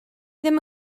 ddim